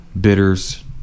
Bitters